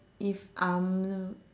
if I'm